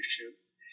issues